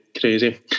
Crazy